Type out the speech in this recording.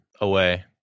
away